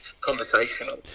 conversational